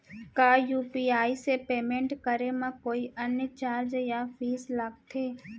का यू.पी.आई से पेमेंट करे म कोई अन्य चार्ज या फीस लागथे?